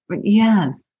yes